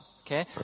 okay